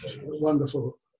wonderful